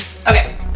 Okay